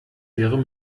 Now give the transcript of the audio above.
wäre